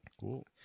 Cool